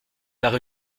par